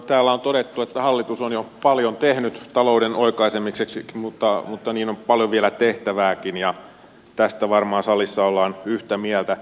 täällä on todettu että hallitus on jo paljon tehnyt talouden oikaisemiseksi mutta niin on paljon vielä tehtävääkin ja tästä varmaan salissa ollaan yhtä mieltä